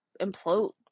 implode